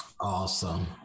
Awesome